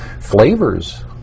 flavors